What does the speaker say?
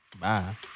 Bye